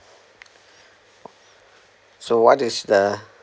so what is the